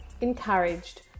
encouraged